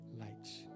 lights